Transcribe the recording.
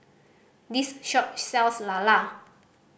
this shop sells lala